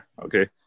okay